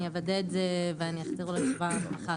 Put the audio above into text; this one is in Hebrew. אני אוודא את זה ואני אחזיר תשובה מחר,